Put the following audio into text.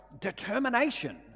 determination